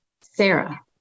sarah